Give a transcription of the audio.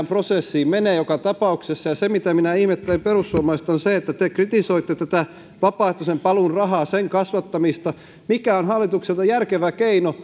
prosessiin menee joka tapauksessa ja se mitä minä ihmettelen perussuomalaisissa on se että te kritisoitte tätä vapaaehtoisen paluun rahaa sen kasvattamista joka on hallitukselta järkevä keino